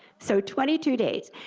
so twenty two days.